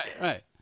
right